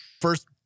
first